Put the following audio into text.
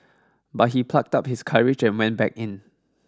but he plucked up his courage and went back in